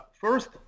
First